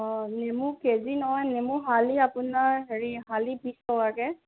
অ' নেমু কেজি নহয় নেমু হালি আপোনাৰ হেৰি হালি বিছ টকাকৈ